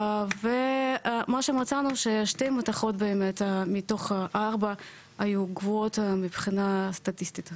ומה שמצאנו זה ששתי מתכות באמת מתוך הארבע היו גבוהות מבחינה סטטיסטית